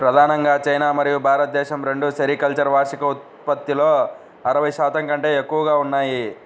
ప్రధానంగా చైనా మరియు భారతదేశం రెండూ సెరికల్చర్ వార్షిక ఉత్పత్తిలో అరవై శాతం కంటే ఎక్కువగా ఉన్నాయి